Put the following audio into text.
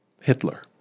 Hitler